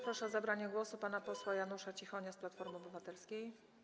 Proszę o zabranie głosu pana posła Janusza Cichonia z Platformy Obywatelskiej.